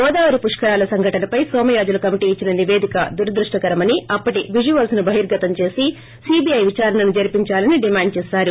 గోదావరి పుష్కరాల సంఘటనపై నోమయాజుల్ కమిటి ఇచ్చిన నిపేదిక దురదృష్ణకరమని అప్పటి విజ్యవల్స్ ను బహిర్గతం చేసి సిబిఐ విచారణను జరిపించాలని డిమాండ్ చేసారు